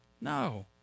No